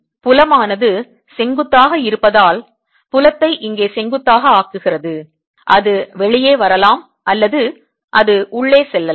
புலமானது செங்குத்தாக இருப்பதால் புலத்தை இங்கே செங்குத்தாக ஆக்குகிறது அது வெளியே வரலாம் அல்லது அது உள்ளே செல்லலாம்